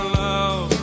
love